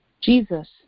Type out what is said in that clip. Jesus